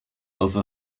other